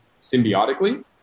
Symbiotically